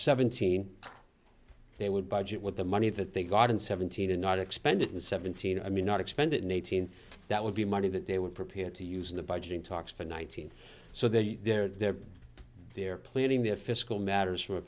seventeen they would budget with the money that they got in seventeen and not expended in seventeen i mean not expended in eighteen that would be money that they were prepared to use in the budget in talks for nineteen so that they're there they're planning their fiscal matters from a